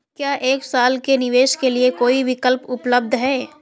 क्या एक साल के निवेश के लिए कोई विकल्प उपलब्ध है?